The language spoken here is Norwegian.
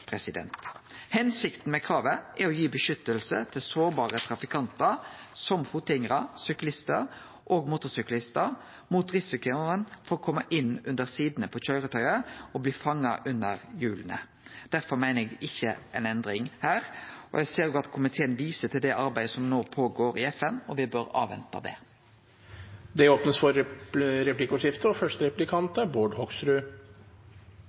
Hensikta med kravet er å gi beskyttelse til sårbare trafikantar, som fotgjengarar, syklistar og motorsyklistar, mot risikoen for å kome inn under sidene på køyretøyet og bli fanga under hjula. Derfor meiner eg me ikkje skal ha ei endring her. Eg ser òg at komiteen viser til det arbeidet som no går føre seg i FN, og me bør avvente det. Det blir replikkordskifte.